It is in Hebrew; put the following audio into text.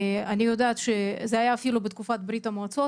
זה היה אפילו בתקופת ברית המועצות,